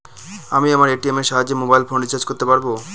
আমি আমার এ.টি.এম এর সাহায্যে মোবাইল ফোন রিচার্জ করতে পারব?